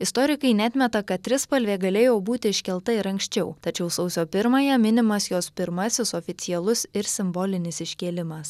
istorikai neatmeta kad trispalvė galėjo būti iškelta ir anksčiau tačiau sausio pirmąją minimas jos pirmasis oficialus ir simbolinis iškėlimas